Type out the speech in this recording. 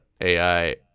AI